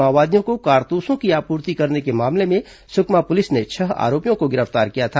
माओवादियों को कारतूसों की आपूर्ति करने के मामले में सुकमा पुलिस उल्लेखनीय है कि ने छह आरोपियों को गिरफ तार किया था